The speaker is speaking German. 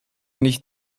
nicht